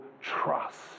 trust